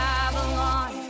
Babylon